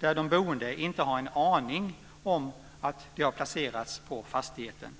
där de boende inte har en aning om att de har placerats på fastigheten.